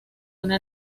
una